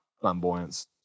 flamboyance